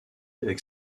avec